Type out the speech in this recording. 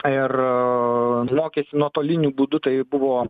ir mokėsi nuotoliniu būdu tai buvo